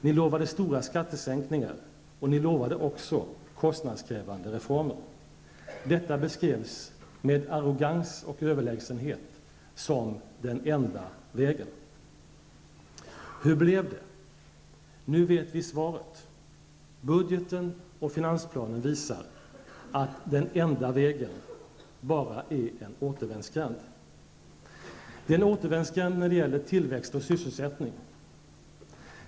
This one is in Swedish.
Ni lovade stora skattesänkningar och också kostnadskrävande reformer. Detta beskrevs med arrogans och överlägsenhet som ''den enda vägen''. Hur blev det? Nu vet vi svaret. Budgeten och finansplanen visar att ''den enda vägen'' bara är en återvändsgränd. -- Den är en återvändsgränd när det gäller tillväxt och sysselsättning.